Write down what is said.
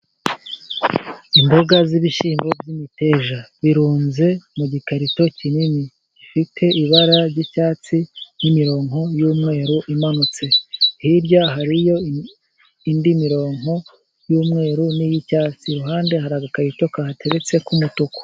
Imboga z'ibishyimbo by'imiteja birunze mu gikarito kinini gifite ibara ry'icyatsi ,n'imirongo y'umweru imanutse hirya hariyo indi mirongo y'umweru n'iy'icyatsi iruhande hari agakarito kahateretse k'umutuku.